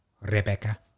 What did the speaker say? Rebecca